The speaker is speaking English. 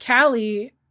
Callie